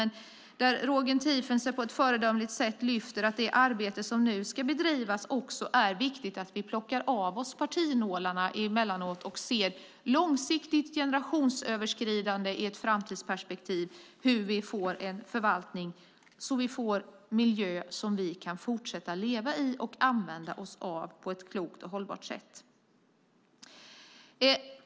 Roger Tiefensee lyfter på ett föredömligt sätt fram att det också i det arbete som nu ska bedrivas är viktigt att vi plockar av oss partinålarna emellanåt och ser långsiktigt och generationsöverskridande i ett framtidsperspektiv på hur vi ska få en förvaltning så att vi får en miljö som vi kan fortsätta leva i och använda oss av på ett klokt och hållbart sätt.